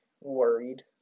worried